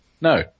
No